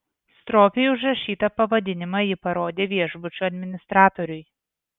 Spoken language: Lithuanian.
stropiai užrašytą pavadinimą ji parodė viešbučio administratoriui